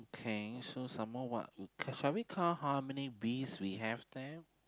kay so some more what can we count how many bees we have there